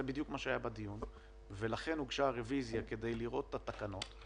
זה בדיוק מה שהיה בדיון ולכן הוגשה הרביזיה כדי לראות את התקנות.